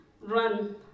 Run